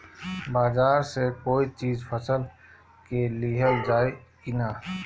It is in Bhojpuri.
बाजार से कोई चीज फसल के लिहल जाई किना?